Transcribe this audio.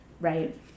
right